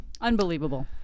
Unbelievable